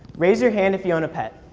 raise your hands if you own a pet.